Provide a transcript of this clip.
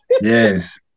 Yes